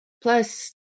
Plus